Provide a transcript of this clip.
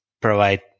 provide